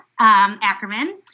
Ackerman